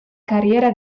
carriera